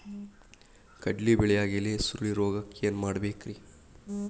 ಕಡ್ಲಿ ಬೆಳಿಯಾಗ ಎಲಿ ಸುರುಳಿರೋಗಕ್ಕ ಏನ್ ಮಾಡಬೇಕ್ರಿ?